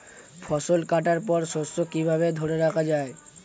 ফসল কাটার পর শস্য কিভাবে ধরে রাখা য়ায়?